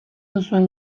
duzuen